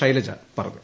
ശൈലജ പറഞ്ഞു